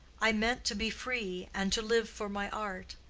i meant to be free and to live for my art.